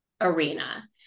arena